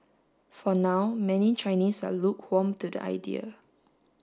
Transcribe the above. for now many Chinese are lukewarm to the idea